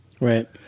Right